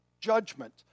judgment